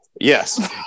Yes